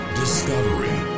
discovery